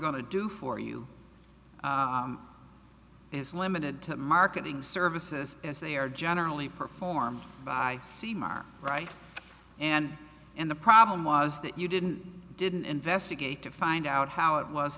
to do for you is limited to marketing services as they are generally performed by same are right and and the problem was that you didn't didn't investigate to find out how it was